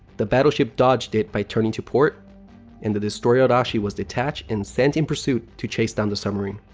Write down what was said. the battleship dodged it by turning to port and the destroyer arashi was detached and sent in pursuit to chase down the submarine.